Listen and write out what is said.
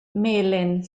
melin